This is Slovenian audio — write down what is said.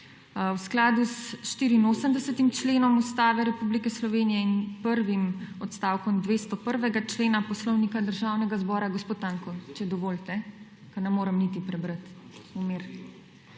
V skladu s 84. Ustave Republike Slovenije in prvim odstavkom 201. člena Poslovnika Državnega zbora … Gospod Tanko, če dovolite, ker ne morem niti prebrati v miru.